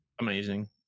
amazing